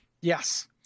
Yes